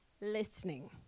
listening